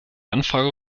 anfrage